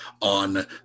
on